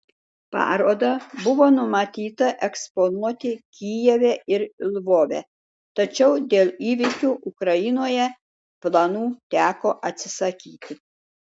parodą buvo numatyta eksponuoti kijeve ir lvove tačiau dėl įvykių ukrainoje planų teko atsisakyti